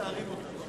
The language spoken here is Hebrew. (תיקון מס'